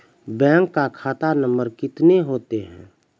Bank का खाता number कितने होते हैं?